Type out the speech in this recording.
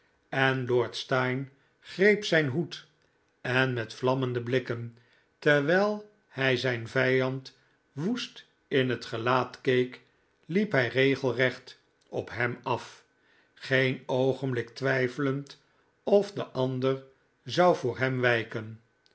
en lord steyne greep zijn hoed en met vlammende blikken terwijl hij zijn vijand woest in het gelaat keek liep hij regelrecht op hem af geen oogenblik twijfelend of de ander zou voor hem wijken